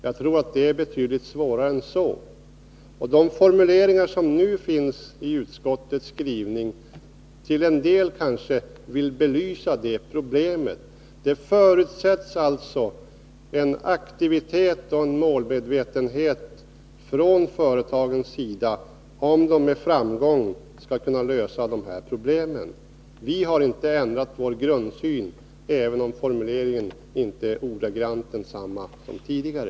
Jag tror att det är betydligt svårare än så. De formuleringar som nu finns i utskottets skrivning belyser kanske till en del dessa problem. Det förutsätts alltså en aktivitet och en målmedvetenhet från företagens sida om de med framgång skall kunna lösa problemen. Vi har inte ändrat vår grundsyn, även om inte formuleringen är ordagrant densamma som tidigare.